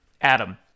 Adam